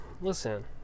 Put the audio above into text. listen